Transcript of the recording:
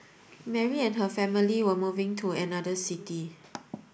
Mary and her family were moving to another city